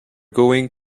going